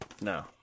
no